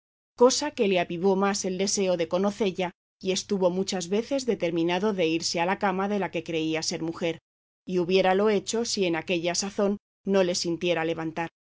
cosa que le avivó más el deseo de conocella y estuvo muchas veces determinado de irse a la cama de la que creía ser mujer y hubiéralo hecho si en aquella sazón no le sintiera levantar